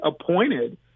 appointed